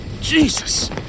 Jesus